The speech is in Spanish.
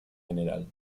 gral